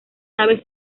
naves